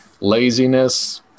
laziness